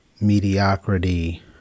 mediocrity